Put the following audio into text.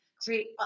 create